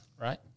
right